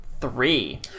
three